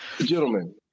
Gentlemen